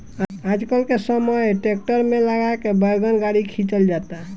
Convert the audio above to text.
आजकल के समय ट्रैक्टर में लगा के वैगन गाड़ी खिंचल जाता